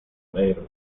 beirut